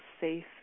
safe